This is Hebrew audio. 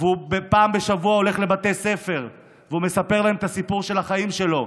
והוא פעם בשבוע הולך לבתי ספר ומספר להם את הסיפור של החיים שלו,